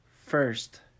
first